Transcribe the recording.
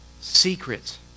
secrets